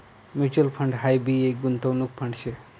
mutual fund हाई भी एक गुंतवणूक फंड शे